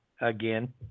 Again